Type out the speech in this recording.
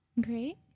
Great